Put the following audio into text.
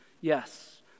Yes